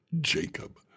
Jacob